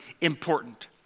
important